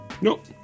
Nope